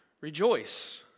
rejoice